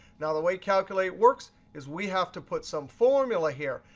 now, the way calculate works is we have to put some formula here.